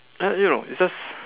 uh you know it's just